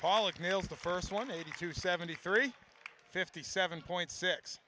pollock nails the first one eighty two seventy three fifty seven point six